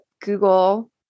Google